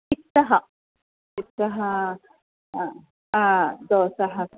इतः इतः दोसा